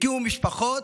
הקימו משפחות,